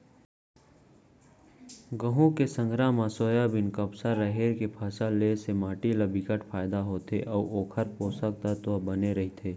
गहूँ के संघरा म सोयाबीन, कपसा, राहेर के फसल ले से माटी ल बिकट फायदा होथे अउ ओखर पोसक तत्व ह बने रहिथे